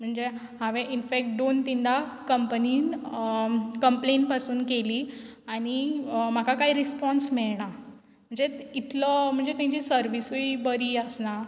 म्हणजे हांवें इनफेक्ट दोन तिनदां कंपनीन कंम्प्लेन पासून केली आनी म्हाका कांय रिसपोन्स मेयणा म्हणजो इतलो म्हणजे तेंची सर्विसूय बरी आसना